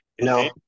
no